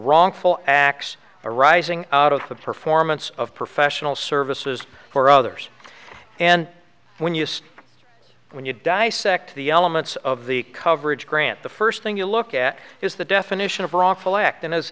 wrongful acts arising out of the performance of professional services for others and when you see when you dissect the elements of the coverage grant the first thing you look at is the definition of wrongful act and as